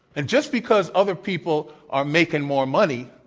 and just because other people are making more money